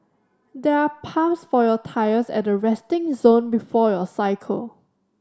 there are pumps for your tyres at the resting zone before you cycle